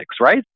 right